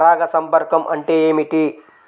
పరాగ సంపర్కం అంటే ఏమిటి?